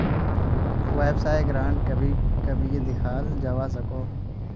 वाय्सायेत ग्रांट कभी कभी दियाल जवा सकोह